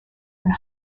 and